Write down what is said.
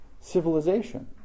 civilization